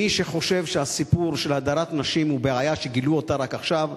מי שחושב שהסיפור של הדרת נשים הוא בעיה שגילו אותה רק עכשיו,